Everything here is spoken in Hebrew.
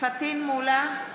פטין מולא,